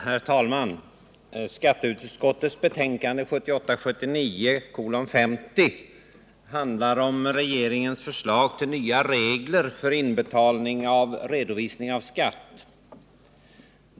Herr talman! Skatteutskottets betänkande 1978/79:50 behandlar regeringens förslag till nya regler för inbetalning och redovisning av skatt.